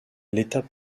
l’état